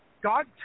God